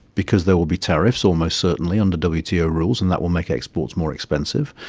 because there will be tariffs almost certainly under wto rules and that will make exports more expensive.